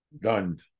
Done